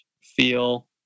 feel